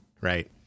right